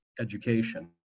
education